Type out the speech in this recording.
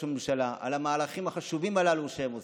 הממשלה על המהלכים החשובים הללו שהם עושים.